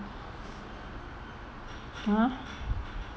ha